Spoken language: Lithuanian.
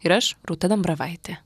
ir aš rūta dambravaitė